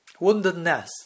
woundedness